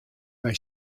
mei